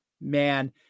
man